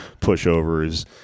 pushovers